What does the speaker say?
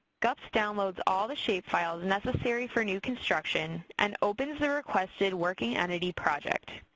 gups downloads all the shapefiles necessary for new construction and opens the requested working entity project.